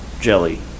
jelly